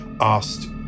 asked